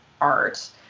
art